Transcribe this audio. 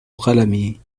قلمي